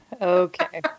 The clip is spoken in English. okay